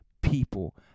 people